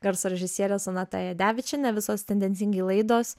garso režisierė sonata jadevičienė visos tendencingai laidos